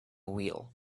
wheel